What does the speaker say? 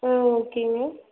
ஆ ஓகேங்க